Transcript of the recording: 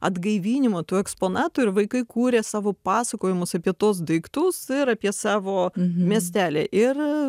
atgaivinimą tų eksponatų ir vaikai kūrė savo pasakojimus apie tuos daiktus ir apie savo miestelį ir